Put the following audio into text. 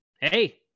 hey